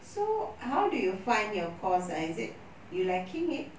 so how do you find your course uh is it you liking it